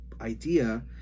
idea